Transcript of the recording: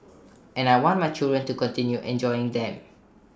and I want my children to continue enjoying them